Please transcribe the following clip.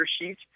sheet